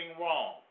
wrong